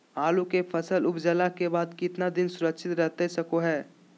आलू के फसल उपजला के बाद कितना दिन सुरक्षित रहतई सको हय?